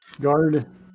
guard